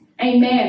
Amen